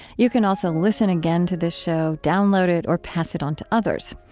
you can also listen again to this show, download it, or pass it on to others.